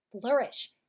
flourish